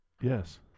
Yes